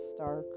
Star